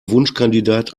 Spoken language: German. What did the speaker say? wunschkandidat